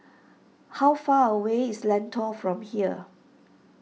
how far away is Lentor from here